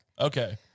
Okay